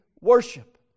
worship